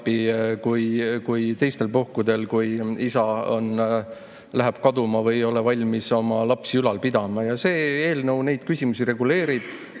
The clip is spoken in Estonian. kui teistel puhkudel, kui isa läheb kaduma või ei ole valmis oma lapsi ülal pidama. See eelnõu neid küsimusi reguleerib. See,